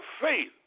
faith